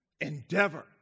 Endeavor